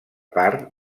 part